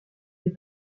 fait